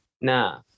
Nah